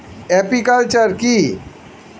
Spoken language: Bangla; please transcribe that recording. আপিকালচার কি?